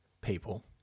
people